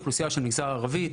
אוכלוסייה של המגזר הערבי,